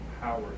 power